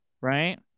Right